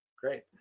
Great